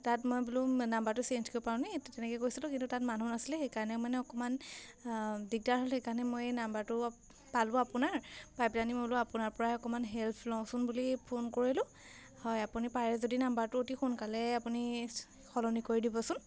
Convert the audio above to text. তাত মই বোলো নাম্বাৰটো চেঞ্জ কৰিব পাৰোঁ নি তেনেকৈ কৈছিলোঁ কিন্তু তাত মানুহ নাছিলে সেইকাৰণে মানে অকণমান দিগদাৰ হ'ল সেইকাৰণে মই এই নাম্বাৰটো পালোঁ আপোনাৰ পাই পেলাহেনি মই বোলো আপোনাৰপৰাই অকণমান হেল্প লওঁচোন বুলি ফোন কৰিলোঁ হয় আপুনি পাৰে যদি নাম্বাৰটো অতি সোনকালে আপুনি সলনি কৰি দিবচোন